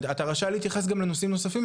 אתה רשאי להתייחס גם לנושאים נוספים,